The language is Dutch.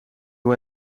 hoe